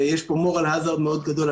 ויש פה Moral Hazard מאוד גדול.